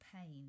pain